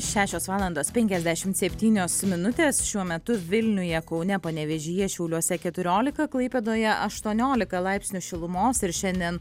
šešios valandos septynios minutės šiuo metu vilniuje kaune panevėžyje šiauliuose keturiolika klaipėdoje aštuoniolika laipsnių šilumos ir šiandien